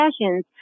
sessions